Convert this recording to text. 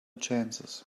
chances